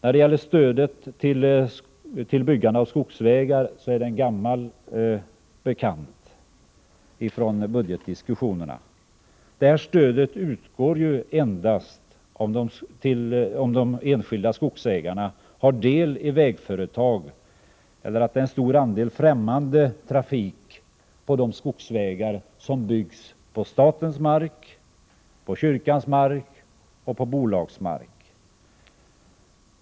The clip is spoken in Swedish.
Frågan om stödet till byggande av skogsvägar är en gammal bekant från budgetdiskussionerna. Detta stöd utgår ju endast om de enskilda skogsägarna har del i vägföretag eller om det är en stor del främmande trafik på de skogsvägar som byggs på statens och kyrkans mark samt på bolagsmark.